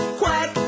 quack